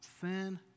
Sin